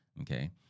Okay